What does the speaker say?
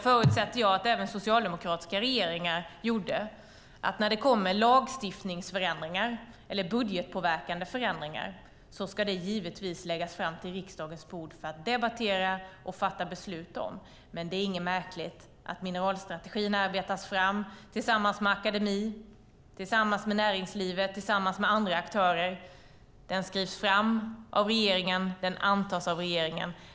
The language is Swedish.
När det kommer lagstiftningsförändringar eller budgetpåverkande förändringar ska det givetvis läggas fram på riksdagens bord för att man ska debattera och fatta beslut om det - det förutsätter jag att även socialdemokratiska regeringar gjorde. Men det är inget märkligt att mineralstrategin arbetas fram tillsammans med akademi, med näringslivet och med andra aktörer. Den skrivs av regeringen. Den antas av regeringen.